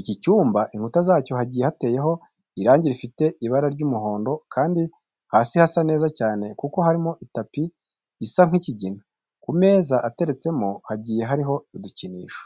Iki cyumba inkuta zacyo hagiye hateyeho irangi rifite ibara ry'umuhondo kandi hasi hasa neza cyane kuko harimo tapi isa nk'ikigina. Ku meza ateretsemo hagiye hariho udukinisho.